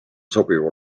sobiv